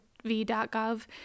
V.gov